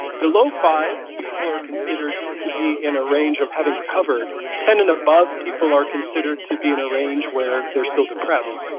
below five, people are considered to be in a range of having recovered. ten and above, people are considered to be in a range where they are still depressed.